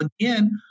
again